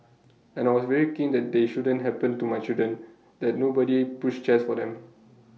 and I was very keen that they shouldn't happen to my children that nobody pushed chairs for them